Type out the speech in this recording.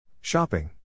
Shopping